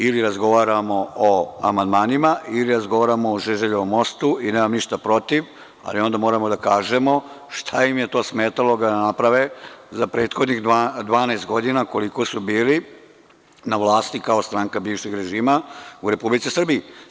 Ili razgovaramo o amandmanima ili razgovaramo o „Žeželjevom mostu“ i nemam ništa protiv, ali onda moramo da kažemo šta im je to smetalo da ga naprave za prethodnih 12 godina koliko su bili na vlasti kao stranka bivšeg režima u Republici Srbiji.